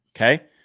Okay